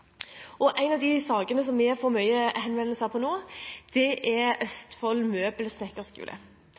møbelsnekker. En av de sakene som vi får mange henvendelser om nå, er Østfold